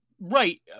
Right